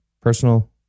personal